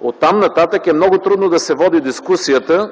оттам нататък е много трудно да се води дискусията